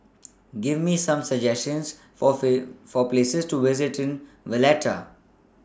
Give Me Some suggestions For Places to visit in Valletta